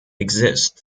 exist